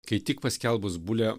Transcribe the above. kai tik paskelbus bulę